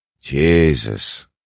Jesus